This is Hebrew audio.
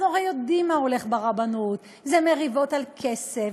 אנחנו הרי יודעים מה הולך ברבנות: זה מריבות על כסף,